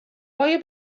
آیا